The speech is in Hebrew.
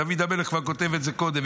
דוד המלך כבר כתב את זה קודם.